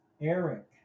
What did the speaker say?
Eric